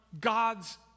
God's